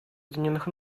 объединенных